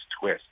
twist